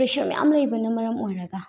pressure ꯃꯌꯥꯝ ꯂꯩꯕꯅ ꯃꯔꯝ ꯑꯣꯏꯔꯒ